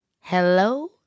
Hello